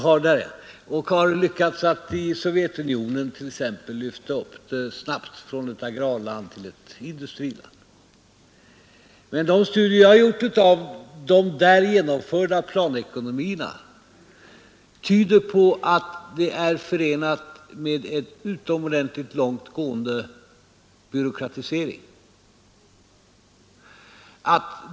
Man har lyckats i Sovjetunionen t.ex. att snabbt lyfta upp landet från ett agrarland till ett industriland. Men de studier jag har gjort av de genomförda planekonomierna tyder på att planekonomi är förenad med utomordentligt långt gående byråkratisering.